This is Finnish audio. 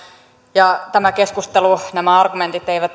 ja tämä keskustelu nämä argumentit eivät